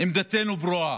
עמדתנו ברורה: